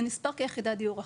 זה נספר כיחידת דיור אחת.